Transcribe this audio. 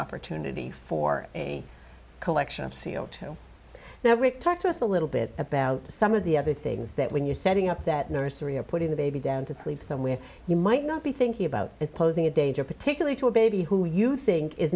opportunity for a collection of c o two now rick talk to us a little bit about some of the other things that when you're setting up that nursery or putting the baby down to sleep somewhere you might not be thinking about is posing a danger particularly to a baby who you think is